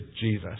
Jesus